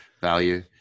value